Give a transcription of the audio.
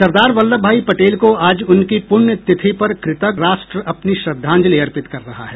सरदार वल्लभ भाई पटेल को आज उनकी पुण्यतिथि पर कृतज्ञ राष्ट्र अपनी श्रद्धांजलि अर्पित कर रहा है